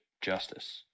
justice